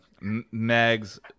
Mags